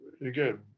again